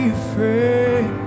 afraid